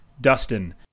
Dustin